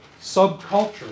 subculture